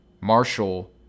Marshall